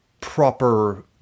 Proper